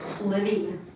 living